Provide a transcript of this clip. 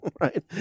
Right